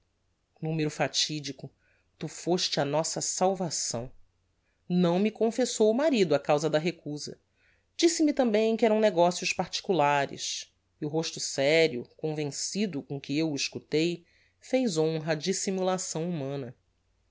numero fatidico tu foste a nossa salvação não me confessou o marido a causa da recusa disse-me tambem que eram negocios particulares e o rosto serio convencido com que eu o escutei fez honra á dissimulação humana